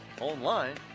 Online